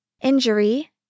injury